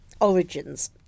origins